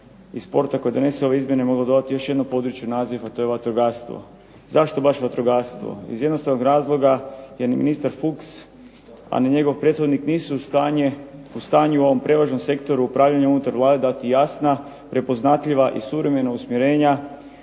i sporta koje donese ove izmjene mogao dodati još jedan područni naziv, a to je vatrogastvo. Zašto baš vatrogastvo? Iz jednostavnog razloga jer ministar Fuchs, a ni njegov prethodnih nisu u stanju u ovom prevažnom sektoru upravljanja unutar Vlade dati jasna, prepoznatljiva i suvremena usmjerenja,